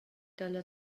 dalla